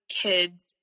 kids